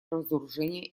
разоружения